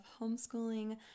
homeschooling